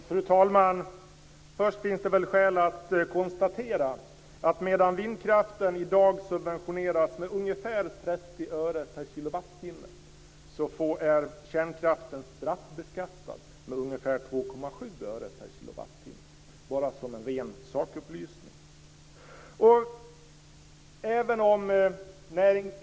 Fru talman! Det finns skäl att konstatera att vindkraften i dag subventioneras med ungefär 30 öre per kilowattimme. Samtidigt straffbeskattas kärnkraften med ungefär 2,7 öre per kilowattimme. Detta är sagt som en ren sakupplysning.